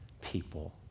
people